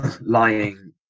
lying